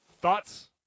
Thoughts